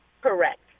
Correct